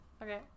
Okay